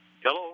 Hello